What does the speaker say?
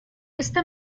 esta